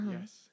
Yes